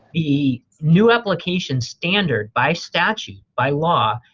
the new application standard, by statute, by law,